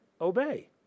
Obey